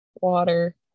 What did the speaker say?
water